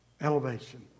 Elevation